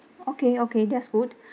okay okay that's good